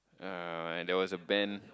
uh like there was a band